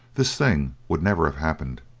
this thing would never have happened.